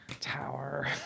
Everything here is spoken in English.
Tower